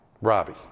Robbie